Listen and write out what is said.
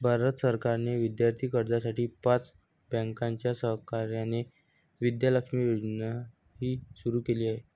भारत सरकारने विद्यार्थी कर्जासाठी पाच बँकांच्या सहकार्याने विद्या लक्ष्मी योजनाही सुरू केली आहे